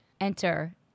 enter